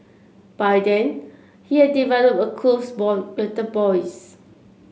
by then he had developed a close bond with the boys